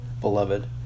beloved